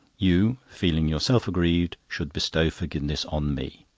you feeling yourself aggrieved should bestow forgiveness on me.